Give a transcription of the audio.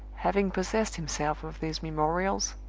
having possessed himself of these memorials,